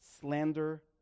slander